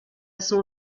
son